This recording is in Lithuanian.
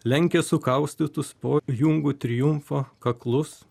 lenkia sukaustytus po jungu triumfo kaklus